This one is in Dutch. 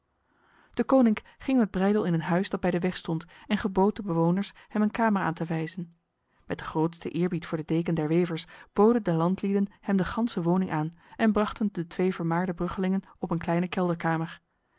deconinck ging met breydel in een huis dat bij de weg stond en gebood de bewoners hem een kamer aan te wijzen met de grootste eerbied voor de deken der wevers boden de landlieden hem de ganse woning aan en brachten de twee vermaarde bruggelingen op een kleine